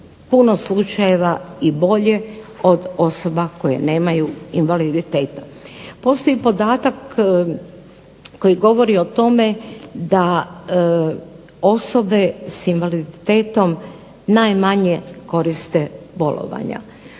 puno slučajeva i bolje kod osoba koje nemaju invaliditeta. Postoji podatak koji govori o tome da osobe sa invaliditetom najmanje koriste bolovanja,